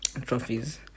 trophies